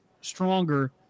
stronger